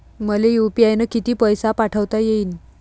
मले यू.पी.आय न किती पैसा पाठवता येईन?